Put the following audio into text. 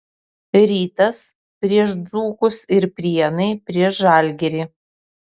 rytas prieš dzūkus ir prienai prieš žalgirį